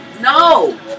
No